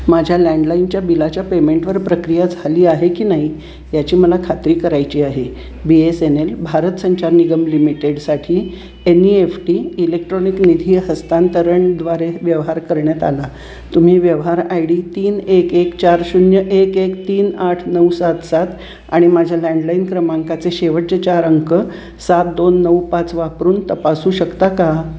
माझ्या लँडलाईनच्या बिलाच्या पेमेंटवर प्रक्रिया झाली आहे की नाही याची मला खात्री करायची आहे B S N L Bharat Sanchar Nigam limited साठी N E F T electronic निधी हस्तांतरणद्वारे व्यवहार करण्यात आला तुम्ही व्यवहार आय डी तीन एक एक चार शून्य एक एक तीन आठ नऊ सात सात आणि माझ्या लँडलाईन क्रमांकाचे शेवटचे चार अंक सात दोन नऊ पाच वापरून तपासू शकता का